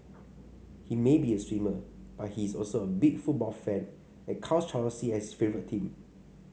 he may be a swimmer but he is also a big football fan and counts Chelsea as his favourite team